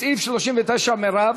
לסעיף 39, מרב?